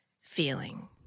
feeling